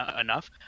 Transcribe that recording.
enough